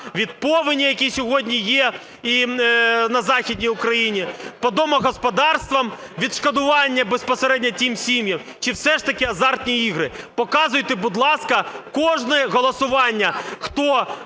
від повеней, які сьогодні є на Західній Україні, по домогосподарствам, відшкодування безпосередньо тим сім'ям, чи все ж таки - азартні ігри. Показуйте, будь ласка, кожне голосування, хто